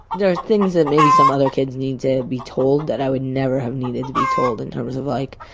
there's things that maybe some other kids needed to be told, that i would never have needed to be told in terms of like